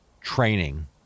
training